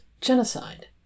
genocide